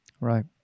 Right